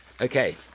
Okay